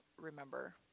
remember